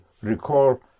recall